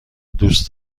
دوست